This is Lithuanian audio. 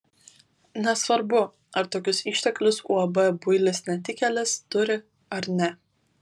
nesvarbu ar tokius išteklius uab builis netikėlis turi ar ne